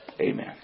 amen